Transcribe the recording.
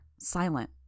silent